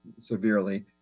severely